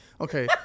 Okay